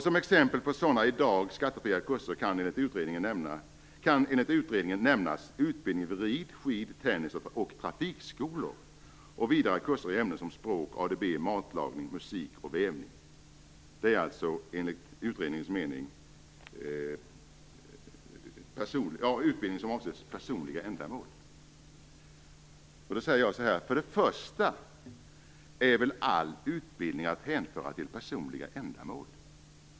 Som exempel på sådana i dag skattefria kurser kan enligt utredningen nämnas utbildning vid rid-, skid-, tennisoch trafikskolor och vidare kurser i ämnen som språk, ADB, matlagning, musik och vävning. Detta är alltså enligt utredningens mening utbildning som avser personliga ändamål. För det första är väl all utbildning att hänföra till personliga ändamål.